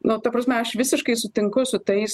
nu ta prasme aš visiškai sutinku su tais